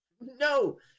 No